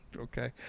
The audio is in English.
Okay